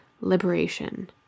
liberation